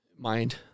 Mind